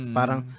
Parang